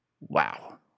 Wow